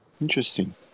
Interesting